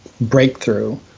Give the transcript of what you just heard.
breakthrough